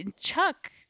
Chuck